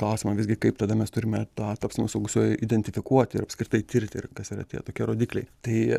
klausiama visgi kaip tada mes turime tą tapsmą suaugusiuoju identifikuoti ir apskritai tirti ir kas yra tie tokie rodikliai tai